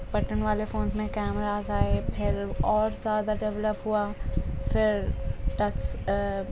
button والے phones میں cameras آئے پھر اور زیادہ ڈیولپ ہوا پھر ٹچس